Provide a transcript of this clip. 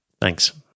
Thanks